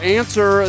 answer